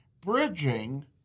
bridging